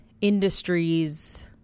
Industries